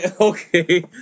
okay